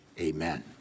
amen